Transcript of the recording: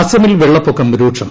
അസമിൽ വെള്ളപ്പൊക്കം രൂക്ഷം